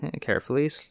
carefully